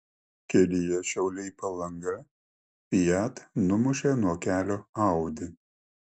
kelyje šiauliai palanga fiat numušė nuo kelio audi